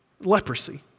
Leprosy